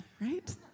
right